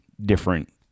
different